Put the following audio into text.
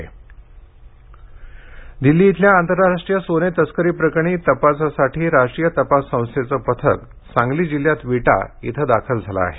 NIA Delhi येथील आंतरराष्ट्रीय सोने तस्करी प्रकरणी तपासासाठी राष्ट्रीय तपास संस्थेचे पथक सांगली जिल्ह्यात विटा येथे दाखल झाले आहे